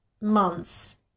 months